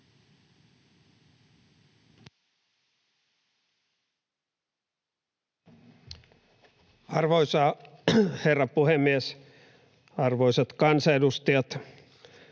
Arvoisa herra puhemies! Arvoisat kansanedustajat!